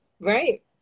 Right